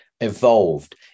evolved